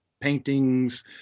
paintings